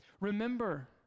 Remember